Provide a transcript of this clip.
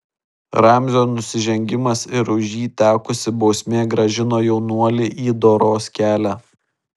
ramzio nusižengimas ir už jį tekusi bausmė grąžino jaunuolį į doros kelią